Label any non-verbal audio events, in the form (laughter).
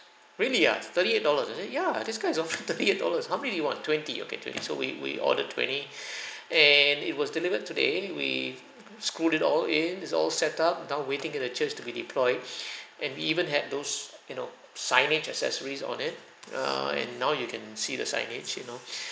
really ah thirty-eight dollars is it ya this guy's (laughs) offering thirty-eight dollars how many do you want twenty okay twenty so we we ordered twenty (breath) and it was delivered today we screwed it all in it's all set up now waiting in the church to be deployed (breath) and we even had those you know signage accessories on it err and now you can see the signage you know (breath)